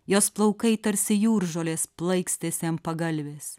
jos plaukai tarsi jūržolės plaikstėsi ant pagalvės